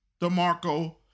DeMarco